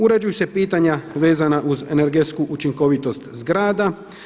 Uređuju se pitanja vezana uz energetsku učinkovitost zgrada.